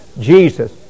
Jesus